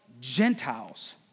Gentiles